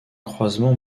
croisement